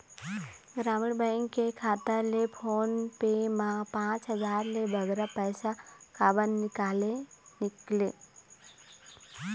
ग्रामीण बैंक के खाता ले फोन पे मा पांच हजार ले बगरा पैसा काबर निकाले निकले?